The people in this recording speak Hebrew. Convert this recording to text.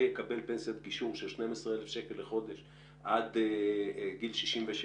ויקבל פנסיית גישור של 12,000 לחודש עד גיל 67,